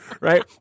right